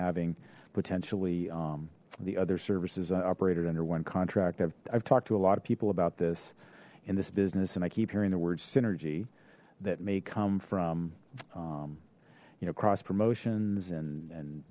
having potentially the other services operated under one contract i've talked to a lot of people about the in this business and i keep hearing the word synergy that may come from you know cross promotions and and